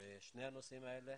בשני הנושאים האלה.